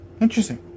Interesting